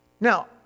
Now